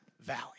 valley